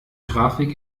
grafik